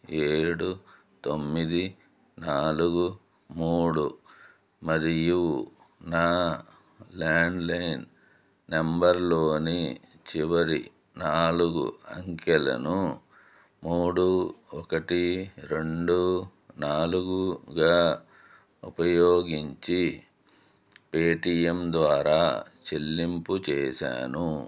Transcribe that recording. ఏడు తొమ్మిది నాలుగు మూడు మరియు నా ల్యాండ్లైన్ నెంబర్లోని చివరి నాలుగు అంకెలను మూడు ఒకటి రెండు నాలుగుగా ఉపయోగించి పేటీఎం ద్వారా చెల్లింపు చేసాను